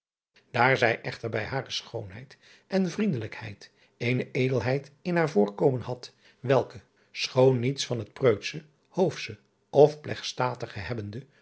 aar zij echter bij hare schoonheid en vriendelijkheid eene edelheid in haar voorkomen had welke schoon niets van het preutsche hoofsche of plegtstatige hebbende